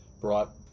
Brought